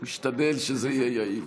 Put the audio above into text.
משתדל שזה יהיה יעיל.